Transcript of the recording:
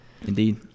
Indeed